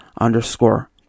underscore